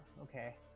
okay